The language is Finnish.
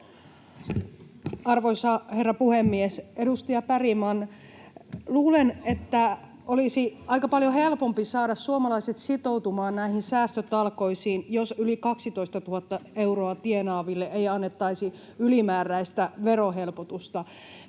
Arvoisa herra puhemies! Edustaja Bergbom, luulen, että olisi aika paljon helpompi saada suomalaiset sitoutumaan näihin säästötalkoisiin, jos yli 12 000 euroa tienaaville ei annettaisi ylimääräistä verohelpotusta.